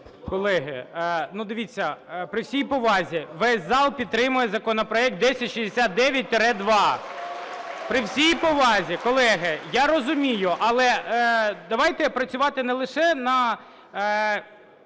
Колеги, ну дивіться, при всій повазі, весь зал підтримує законопроект 1069-2. При всій повазі, колеги, я розумію. Але давайте працювати не лише на…,